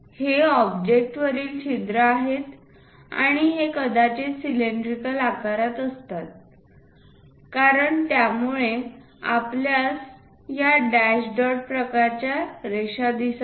हे ऑब्जेक्ट वरील छिद्र आहेत आणि हे कदाचित सिलेंड्रिकल आकारात असावे कारण ज्यामुळे आपल्यास या डॅश डॉट प्रकारच्या रेषा दिसत आहेत